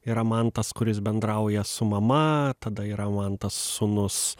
yra mantas kuris bendrauja su mama tada yra mantas sūnus